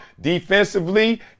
defensively